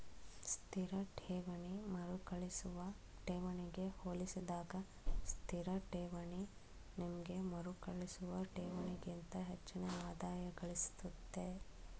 ಸ್ಥಿರ ಠೇವಣಿ ಮರುಕಳಿಸುವ ಠೇವಣಿಗೆ ಹೋಲಿಸಿದಾಗ ಸ್ಥಿರಠೇವಣಿ ನಿಮ್ಗೆ ಮರುಕಳಿಸುವ ಠೇವಣಿಗಿಂತ ಹೆಚ್ಚಿನ ಆದಾಯಗಳಿಸುತ್ತೆ